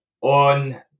on